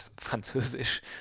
Französisch